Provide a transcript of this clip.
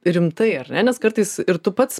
rimtai ar ne nes kartais ir tu pats